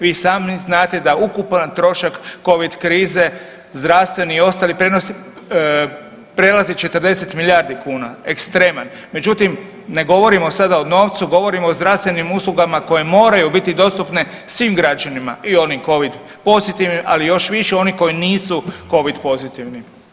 Vi sami znate da ukupan trošak covid krize zdravstvenim i ostali prelaze 40 milijardi kuna, ekstreman, međutim ne govorimo sada o novu govorimo o zdravstvenim uslugama koje moraju biti dostupne svim građanima i onim covid pozitivnim, ali još više oni koji nisu covid pozitivni.